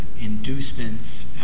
inducements